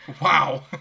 Wow